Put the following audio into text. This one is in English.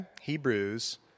Hebrews